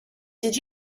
did